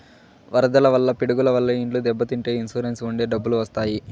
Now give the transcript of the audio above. వరదల వల్ల పిడుగుల వల్ల ఇండ్లు దెబ్బతింటే ఇన్సూరెన్స్ ఉంటే డబ్బులు వత్తాయి